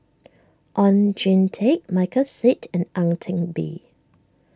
Oon Jin Teik Michael Seet and Ang Teck Bee